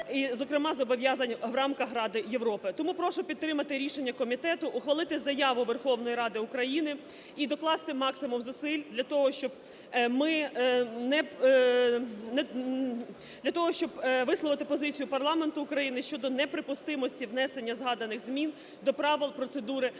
зокрема зобов'язань в рамках Ради Європи. Тому прошу підтримати рішення комітету ухвалити заяву Верховної Ради України і докласти максимум зусиль для того, щоб ми не… для того, щоб висловити позицію парламенту України щодо неприпустимості внесення згаданих змін до правил процедури ПАРЄ.